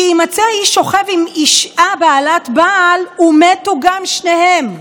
"כי ימָצא איש שֹכב עם אישה בעלת בעל ומתו גם שניהם,